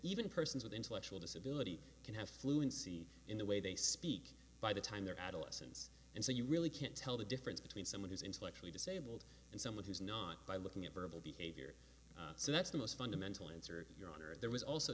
even persons with intellectual disability can have flu and see in the way they speak by the time they're adolescence and so you really can't tell the difference between someone who's intellectually disabled and someone who's not by looking at verbal behavior so that's the most fundamental answer of your honor there was also